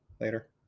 later